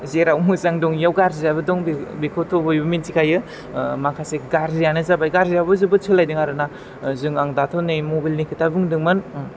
जेराव मोजां दं बेयाव गाज्रियाबो दंदेरो बेखौथ' बयबो मिथिखायो ओह माखासे गाज्रियानो जाबाय गाज्रियाबो जोबोत सोलायदों आरो ना जों दाथ' नै आं माबाइलनि खोथा बुंदोंमोन